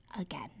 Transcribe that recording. again